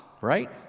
right